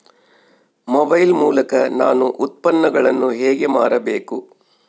Mobile ಮೂಲಕ ನಾನು ಉತ್ಪನ್ನಗಳನ್ನು ಹೇಗೆ ಮಾರಬೇಕು?